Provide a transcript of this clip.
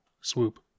swoop